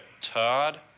todd